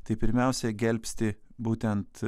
tai pirmiausia gelbsti būtent